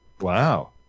Wow